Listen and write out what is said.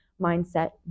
mindset